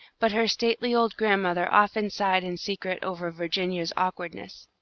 but her stately old grandmother often sighed in secret over virginia's awkwardness.